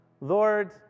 Lord